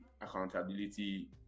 accountability